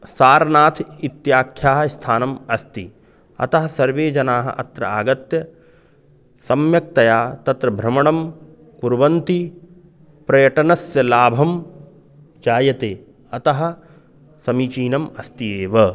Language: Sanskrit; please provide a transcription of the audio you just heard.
सारनाथम् इत्याख्यः स्थानम् अस्ति अतः सर्वे जनाः अत्र आगत्य सम्यक्तया तत्र भ्रमणं कुर्वन्ति पर्यटनस्य लाभं जायते अतः समीचीनम् अस्ति एव